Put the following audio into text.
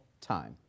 time